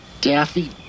Daffy